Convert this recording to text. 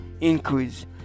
increase